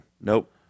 Nope